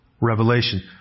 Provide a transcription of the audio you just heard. Revelation